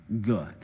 good